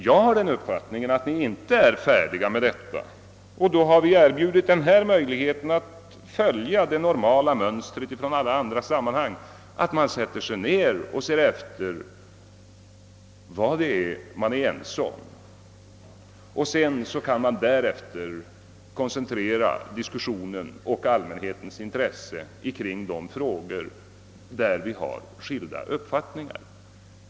Jag har den uppfattningen att ni inte är färdiga med den sammanfattningen, och därför har vi erbjudit denna möjlighet att följa det normala mönstret i alla andra sammanhang, nämligen att komma tillsammans och se efter vad det är vi är ense om. Därefter kan diskussionen och allmänhetens intresse koncentreras till de frågor där vi har skilda uppfattningar.